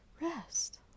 rest